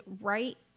right